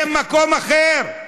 הם מקום אחר.